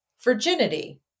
virginity